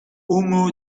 humo